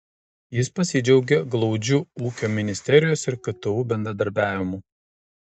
jis pasidžiaugė glaudžiu ūkio ministerijos ir ktu bendradarbiavimu